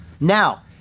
Now